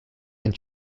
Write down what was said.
and